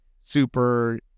super